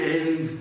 end